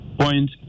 point